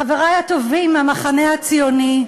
חברי הטובים מהמחנה הציוני,